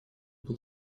был